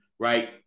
Right